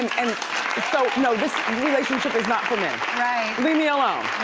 and so, you know this relationship is not for me. right. leave me alone.